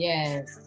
Yes